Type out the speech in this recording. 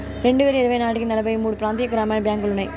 రెండువేల ఇరవై నాటికి నలభై మూడు ప్రాంతీయ గ్రామీణ బ్యాంకులు ఉన్నాయి